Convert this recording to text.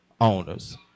owners